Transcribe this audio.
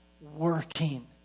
working